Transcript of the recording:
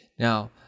Now